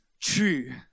true